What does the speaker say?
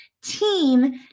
Team